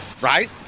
right